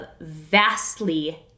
vastly